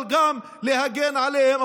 אבל גם להגן עליהם,